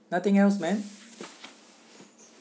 nothing else man